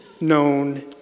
known